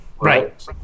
Right